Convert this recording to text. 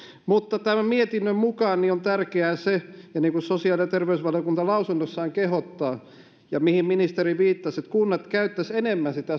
mutta tämän mietinnön mukaan on tärkeää se mihin sosiaali ja terveysvaliokunta lausunnossaan kehottaa ja mihin ministeri viittasi että kunnat käyttäisivät enemmän sitä